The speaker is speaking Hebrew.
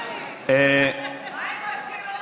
מה עם הבחירות?